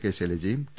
K ശൈലജയും T